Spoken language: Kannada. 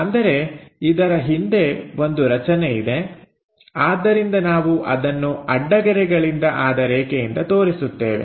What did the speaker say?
ಅಂದರೆ ಇದರ ಹಿಂದೆ ಒಂದು ರಚನೆ ಇದೆ ಆದ್ದರಿಂದ ನಾವು ಅದನ್ನು ಅಡ್ಡಗೆರೆಗಳಿಂದ ಆದ ರೇಖೆಯಿಂದ ತೋರಿಸುತ್ತೇವೆ